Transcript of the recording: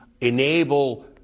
enable